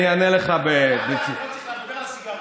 אני אענה לך, אתה לא צריך לענות, דבר על סיגריות.